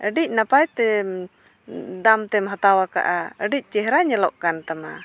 ᱟᱹᱰᱤ ᱱᱟᱯᱟᱭ ᱛᱮᱢ ᱫᱟᱢ ᱛᱮᱢ ᱦᱟᱛᱟᱣ ᱟᱠᱟᱫᱼᱟ ᱟᱹᱰᱤ ᱪᱮᱦᱨᱟ ᱧᱮᱞᱚᱜ ᱠᱟᱱ ᱛᱟᱢᱟ